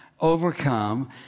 overcome